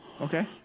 Okay